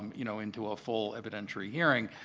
you know, into a full evidentiary hearing,